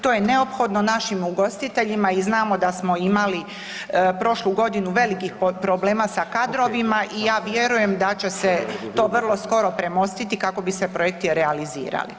To je neophodno našim ugostiteljima i znamo da smo imali prošlu godinu velikih problema sa kadrovima i ja vjerujem da će se to vrlo skoro premostiti kako bi se projekti realizirali.